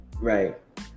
Right